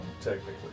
technically